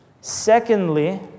Secondly